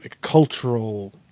cultural